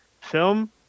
film